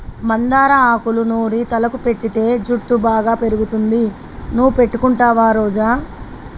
మందార ఆకులూ నూరి తలకు పెటితే జుట్టు బాగా పెరుగుతుంది నువ్వు పెట్టుకుంటావా రోజా